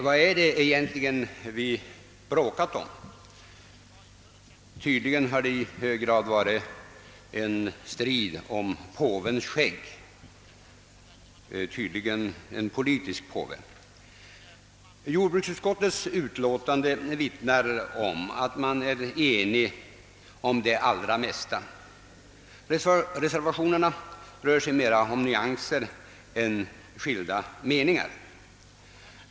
Vad är det egentligen vi har bråkat om? Tydligen har det i hög grad varit en strid om påvens skägg — av allt döma en politisk påves. Jordbruksutskottets utlåtande vittnar om att man är enig om det allra mesta. Reservationerna rör sig mera om nyanser än om skilda meningar.